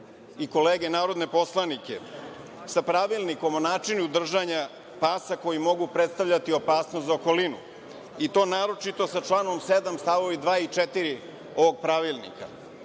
i kolege narodne poslanike sa Pravilnikom o načinu držanja pasa koji mogu predstavljati opasnost za okolinu i to naročito sa članom 7. st. 2. i 4. ovog Pravilnika.